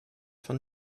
von